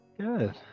Good